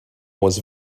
was